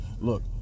Look